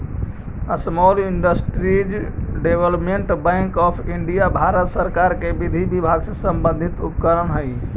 small industries development bank of India Bharat सरकार के विधि विभाग से संबंधित उपक्रम हइ